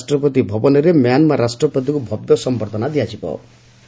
ଆସନ୍ତାକାଲି ରାଷ୍ଟ୍ରପତି ଭବନରେ ମ୍ୟାନ୍ମାର ରାଷ୍ଟ୍ରପତିଙ୍କୁ ଭବ୍ୟ ସମ୍ଭର୍ଦ୍ଧନା ଦିଆଯିବ